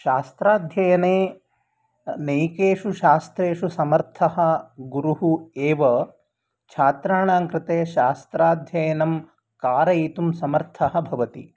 शास्त्राध्ययने नैकेषु शास्त्रेषु समर्थः गुरुः एव छात्राणाङ्कृते शास्त्राध्ययनं कारयितुं समर्थः भवति